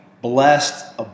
blessed